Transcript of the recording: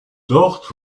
dort